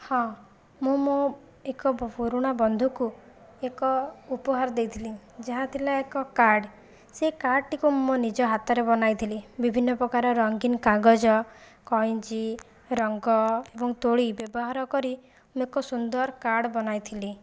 ହଁ ମୁଁ ମୋ ଏକ ପୁରୁଣା ବନ୍ଧୁକୁ ଏକ ଉପହାର ଦେଇଥିଲି ଯାହାଥିଲା ଏକ କାର୍ଡ଼ ସେ କାର୍ଡ଼ଟିକୁ ମୁଁ ନିଜ ହାଥରେ ବନାଇଥିଲି ବିଭିନ୍ନ ପ୍ରକାର ରଙ୍ଗୀନ କାଗଜ କଇଁଚି ରଙ୍ଗ ଏବଂ ତୁଳି ବ୍ୟବହାର କରି ମୁଁ ଏକ ସୁନ୍ଦର କାର୍ଡ଼ ବନାଇଥିଲି